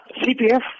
CPF